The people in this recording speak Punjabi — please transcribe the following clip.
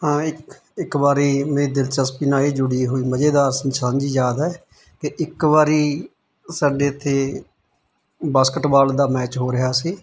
ਹਾਂ ਇੱਕ ਇੱਕ ਵਾਰੀ ਮੇਰੇ ਦਿਲਚਸਪੀ ਨਾਲ ਜੁੜੀ ਹੋਈ ਮਜ਼ੇਦਾਰ ਸਾਂਝੀ ਯਾਦ ਹੈ ਕਿ ਇੱਕ ਵਾਰੀ ਸਾਡੇ ਇੱਥੇ ਬਾਸਕਟਬਾਲ ਦਾ ਮੈਚ ਹੋ ਰਿਹਾ ਸੀ